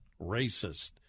racist